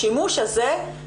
השימוש הזה,